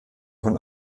von